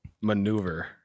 Maneuver